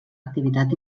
activitat